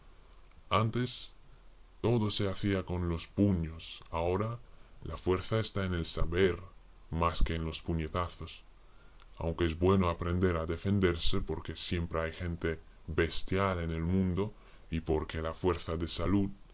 antes todo se hacía con los puños ahora la fuerza está en el saber más que en los puñetazos aunque es bueno aprender a defenderse porque siempre hay gente bestial en el mundo y porque la fuerza da salud